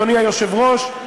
אדוני היושב-ראש,